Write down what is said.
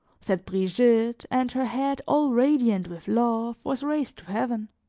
said brigitte, and her head, all radiant with love, was raised to heaven